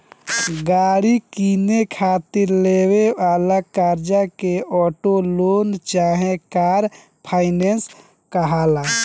गाड़ी किने खातिर लेवे वाला कर्जा के ऑटो लोन चाहे कार फाइनेंस कहाला